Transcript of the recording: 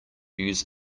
use